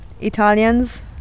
Italians